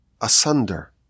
asunder